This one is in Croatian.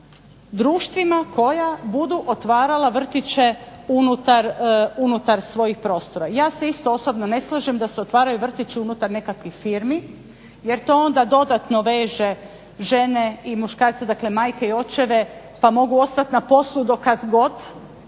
društvima koja budu otvarala vrtiće unutar svojih prostora. Ja se isto osobno ne slažem da se otvaraju vrtići unutar nekakvih firmi, jer to onda dodatno veže žene i muškarce, dakle majke i očeve pa mogu ostati na poslu do kada god,